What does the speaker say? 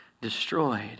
destroyed